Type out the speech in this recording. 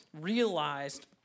realized